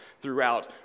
throughout